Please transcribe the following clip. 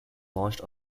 launched